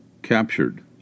Captured